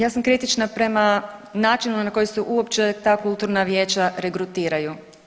Ja sam kritična prema načinu na koji su uopće ta kulturna vijeća regrutiraju.